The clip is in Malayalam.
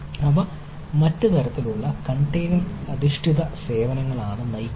ഇവ മറ്റൊരു തരം കണ്ടെയ്നർ അധിഷ്ഠിത സേവനങ്ങളാണ് നയിക്കുന്നത്